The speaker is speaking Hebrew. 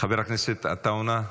חבר עטאונה,